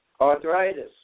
arthritis